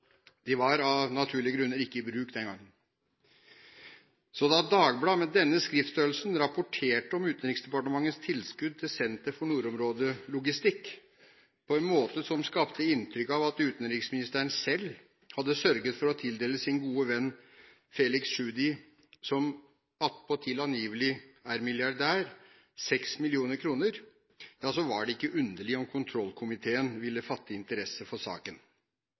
De var av naturlige grunner ikke i bruk den gangen. Så da Dagbladet – med denne skriftstørrelsen – rapporterte om Utenriksdepartementets tilskudd til Senter for nordområdelogistikk på en måte som skapte inntrykk av at utenriksministeren selv hadde sørget for å tildele sin gode venn, Felix Tschudi – som attpåtil angivelig er milliardær – 6 mill. kr, ja, så var det ikke underlig om kontrollkomiteen ville fatte interesse for saken.